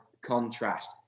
contrast